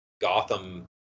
Gotham